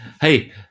Hey